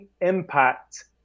impact